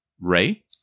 Ray